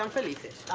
um believe it